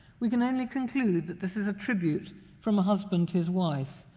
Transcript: we can only conclude that this is a tribute from a husband to his wife,